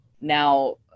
now